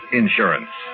insurance